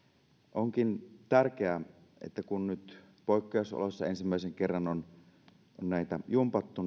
onkin tärkeää että kun nyt poikkeusoloissa ensimmäisen kerran on näitä asetuksia jumpattu